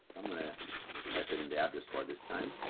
i'm gonna type it in the address bar this time,